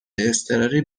اضطراری